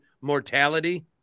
mortality